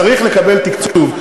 צריך לקבל תקצוב,